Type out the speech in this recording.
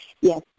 yes